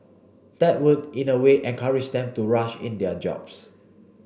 that would in a way encourage them to rush in their jobs